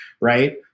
right